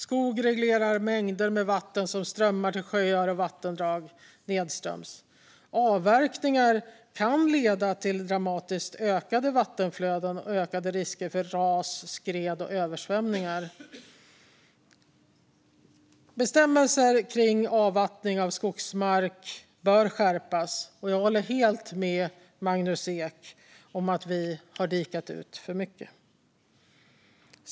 Skog reglerar mängder med vatten som strömmar till sjöar och vattendrag nedströms. Avverkningar kan leda till dramatiskt ökade vattenflöden och ökade risker för ras, skred och översvämningar. Bestämmelser om avvattning av skogsmark bör skärpas, och jag håller helt med Magnus Ek om att vi har dikat ut för mycket.